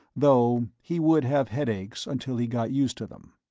though he would have headaches until he got used to them.